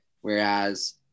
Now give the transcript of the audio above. Whereas